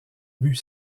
but